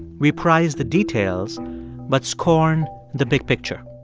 we prize the details but scorn the big picture.